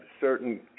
certain